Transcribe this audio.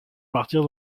martyre